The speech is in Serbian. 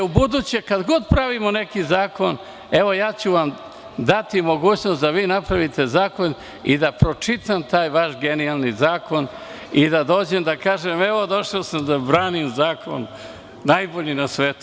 Ubuduće, kada god pravimo neki zakon, evo ja ću vam dati mogućnost da vi napravite zakon i da pročitam taj vaš genijalni zakon, i da dođem i da kažem – evo došao sam da branim zakon, najbolji na svetu.